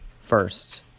first